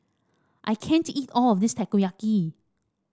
I can't eat all of this Takoyaki